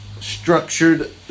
structured